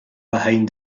behind